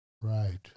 Right